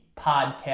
Podcast